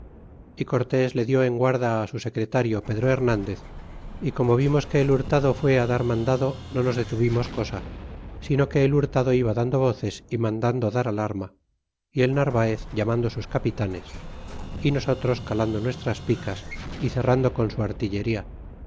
y cortés le di en guarda á su secretario pedro hernandez y como vimos que el hurtado fué dar mandado no nos detuvimos cosa sino que el iturtado iba dando voces y mandando dar al arma y el narvaez llamando sus capitanes y nosotros calando nuestras picas y cerrando con su artillería